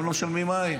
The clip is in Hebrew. וגם לא משלמים מים.